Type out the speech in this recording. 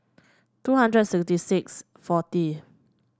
two hundred sixty six forty